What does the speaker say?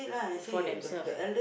for themselves